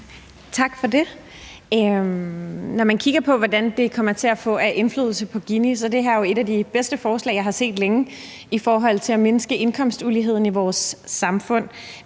Tak for det. Når man kigger på, hvad det vil komme til at få af indflydelse på Ginikoefficienten, så er det her jo et af de bedste forslag, jeg har set længe, i forhold til at mindske indkomstuligheden i vores samfund.